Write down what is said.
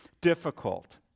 difficult